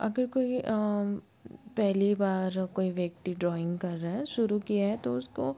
अगर कोई पहली बार कोई व्यक्ति ड्राइंग कर रहा है शुरू किया है तो उसको